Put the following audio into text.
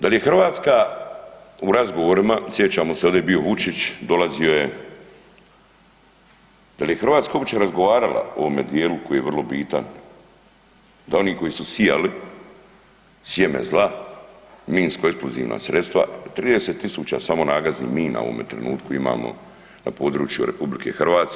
Da li je Hrvatska u razgovorima, sjećamo se ovdje je bio Vučić, dolazio je, da li je Hrvatska uopće razgovarala o ovome dijelu koji je vrlo bitan da oni koji su sijali sjeme zla, minsko eksplozivna sredstva 30.000 samo nagaznih mina u ovome trenutku imamo na području RH.